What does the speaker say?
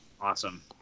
awesome